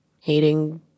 hating